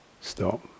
Stop